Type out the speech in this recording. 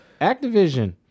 Activision